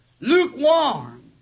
lukewarm